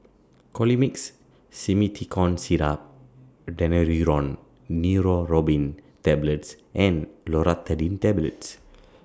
Colimix Simethicone Syrup Daneuron Neurobion Tablets and Loratadine Tablets